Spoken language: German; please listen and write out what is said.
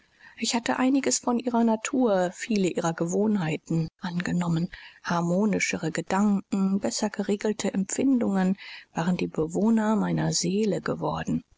ich hatte einiges von ihrer natur viele ihrer gewohnheiten angenommen harmonischere gedanken besser geregelte empfindungen waren die bewohner meiner seele geworden